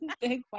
big